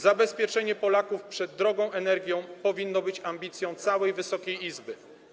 Zabezpieczenie Polaków przed drogą energią powinno być ambicją całej Wysokiej Izby.